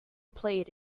played